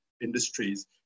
industries